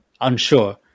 unsure